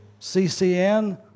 CCN